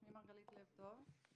שמי מרגלית לבטוב.